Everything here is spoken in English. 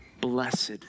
blessed